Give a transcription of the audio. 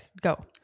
go